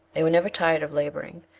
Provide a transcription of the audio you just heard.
they were never tired of labouring,